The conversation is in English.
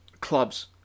clubs